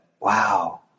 wow